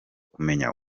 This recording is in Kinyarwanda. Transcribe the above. kumenya